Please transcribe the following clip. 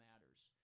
matters